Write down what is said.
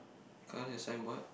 colour your sign board